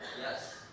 yes